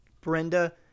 Brenda